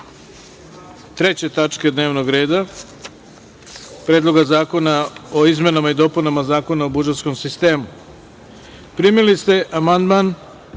3. tačke dnevnog reda Predloga zakona o izmenama i dopunama Zakona o budžetskom sistemu. Primili ste amandman